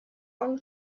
going